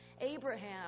Abraham